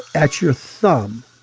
at your thumb